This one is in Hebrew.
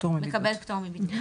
מקבל פטור מבידוד.